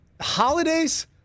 Holidays